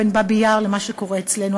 בין באבי-יאר למה שקורה אצלנו.